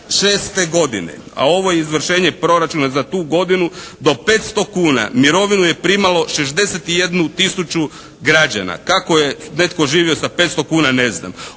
2006. godine, a ovo je izvršenje proračuna za tu godinu, do 500 kuna mirovinu je primalo 61 tisuću građana. Kako je netko živio sa 500 kuna? Ne znam.